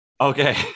Okay